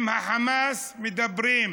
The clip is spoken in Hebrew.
עם החמאס מדברים,